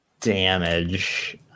damage